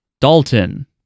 Dalton